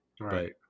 right